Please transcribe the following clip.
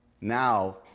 Now